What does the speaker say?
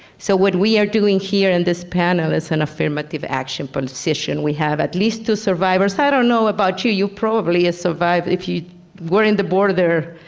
so what we are doing here in this panel is an affirmative action for decision we have at least to survivors. i don't know about you. you probably survived. if you were in the border,